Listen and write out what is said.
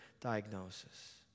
diagnosis